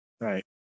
Right